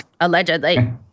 Allegedly